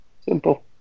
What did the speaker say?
simple